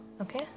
Okay